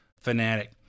fanatic